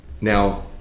now